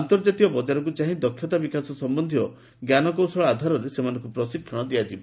ଅନ୍ତର୍ଜାତୀୟ ବଜାରକୁ ଚାହିଁ ଦକ୍ଷତା ବିକାଶ ସମ୍ଭନ୍ଧୀୟ ଜ୍ଞାନକୌଶଳ ଆଧାରରେ ସେମାନଙ୍କୁ ପ୍ରଶିକ୍ଷଣ ଦିଆଯିବ